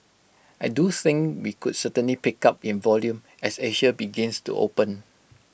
I do think we could certainly pick up in volume as Asia begins to open